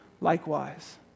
likewise